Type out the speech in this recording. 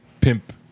pimp